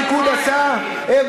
ממשלת הליכוד עשתה את זה.